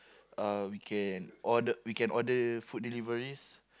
uh we can order we can order food deliveries